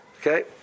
Okay